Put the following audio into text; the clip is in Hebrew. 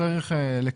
שצריך לקבל.